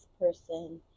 person